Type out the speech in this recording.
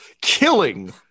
killing